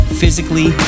physically